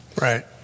Right